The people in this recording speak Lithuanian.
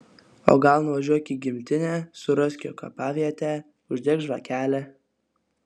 o gal nuvažiuok į gimtinę surask jo kapavietę uždek žvakelę